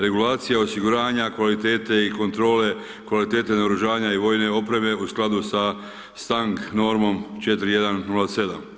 Regulacija osiguranja kvalitete i kontrole kvalitete naoružanja vojne opreme u skladu sa STANAG normom 4107.